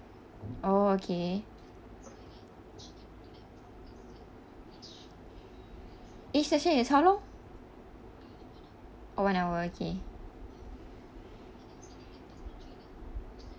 oh okay each session is how long oh one hour okay